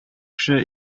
кеше